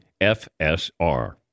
FSR